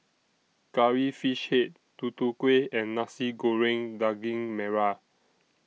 Curry Fish Head Tutu Kueh and Nasi Goreng Daging Merah